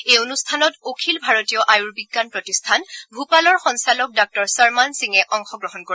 এই অনুষ্ঠানত অখিল ভাৰতীয় আয়ুৰ্বিজ্ঞান প্ৰতিষ্ঠান ভূপালৰ সঞ্চালক ডাঃ চৰমান সিঙে অংশগ্ৰহণ কৰিব